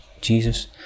Jesus